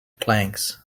planks